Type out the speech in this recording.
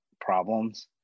problems